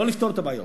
לא לפתור את הבעיות.